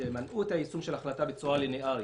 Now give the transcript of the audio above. שמנעו את היישום של ההחלטה בצורה ליניארית.